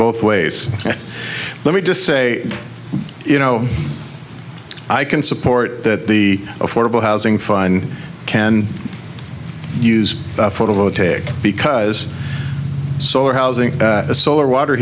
both ways let me just say you know i can support that the affordable housing fine can use photovoltaic because solar housing a solar water